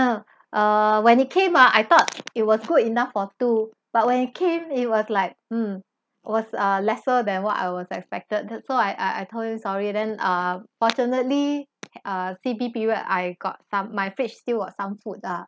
uh when it came out I thought it was good enough for two but when it came it was like mm was uh lesser than what I was expected so I I told him sorry then uh fortunately uh C_B_ period I got some my fridge still got some food ah